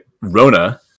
Rona